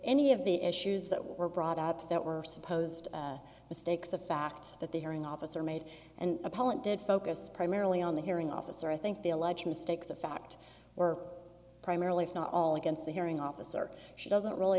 any of the issues that were brought up that were supposed mistakes of fact that the hearing officer made and appellant did focus primarily on the hearing officer i think they allege mistakes of fact were primarily for not all against the hearing officer she doesn't really